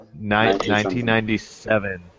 1997